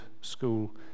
School